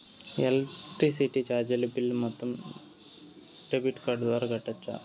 Electricity చార్జీలు bill మొత్తాన్ని debit card ద్వారా కట్టొచ్చా?